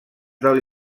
del